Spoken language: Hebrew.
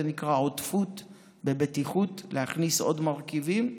זה נקרא עודפות בבטיחות, להכניס עוד מרכיבים,